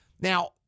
Now